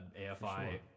AFI